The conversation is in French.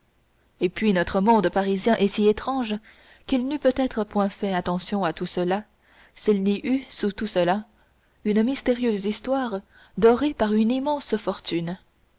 et puis notre monde parisien est si étrange qu'il n'eût peut-être point fait attention à tout cela s'il n'y eût eu sous tout cela une mystérieuse histoire dorée par une immense fortune